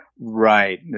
Right